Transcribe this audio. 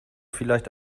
vielleicht